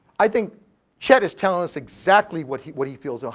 i think chet is telling us exactly what he what he feels. ah